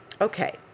Okay